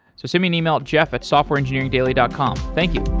so send me an email at jeff at softwarengineeringdaily dot com. thank you